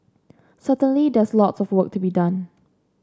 certainly there's lots of work to be done